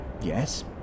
Yes